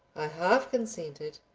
i half consented,